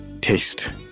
taste